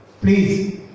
Please